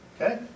Okay